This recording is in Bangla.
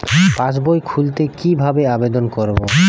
পাসবই খুলতে কি ভাবে আবেদন করব?